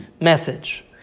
message